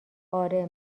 آره